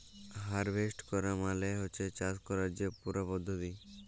harvest ক্যরা মালে হছে চাষ ক্যরার যে পুরা পদ্ধতি